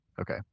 Okay